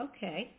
Okay